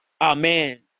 Amen